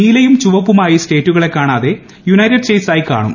നീലയും ചുവപ്പുമായി സ്റ്റേറ്റുകളെ കാണാതെ യുണൈറ്റഡ് സ്റ്റേറ്റ്സ് ആയിക്കാണും